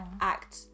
act